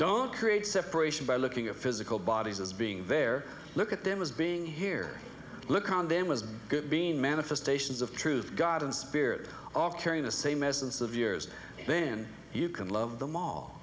don't create separation by looking at physical bodies as being there look at them as being here look on them as good being manifestations of truth god and spirit all carrying the same essence of yours then you can love them all